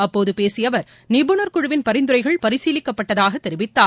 அப்போது பேசிய அவர் நிபுணர் குழுவின் பரிந்துரைகள் பரிசீலிக்கப்பட்டதாக தெரிவித்தார்